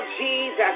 Jesus